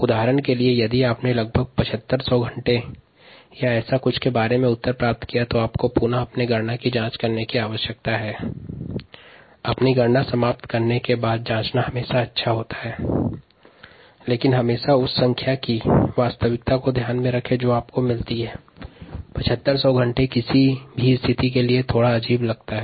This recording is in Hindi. उदाहरण के लिए यदि बायोरिएक्टर के संचालन के संदर्भ में 7500 घंटे उत्तर प्राप्त हुआ है तब पुनः गणना की जांच करने की आवश्यकता है क्योंकि 7500 घंटे किसी भी स्थिति में बायोरिएक्टर के संचालन के दृष्टिकोण से अजीब लगता है